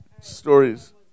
stories